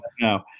no